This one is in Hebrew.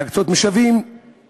להקצות משאבים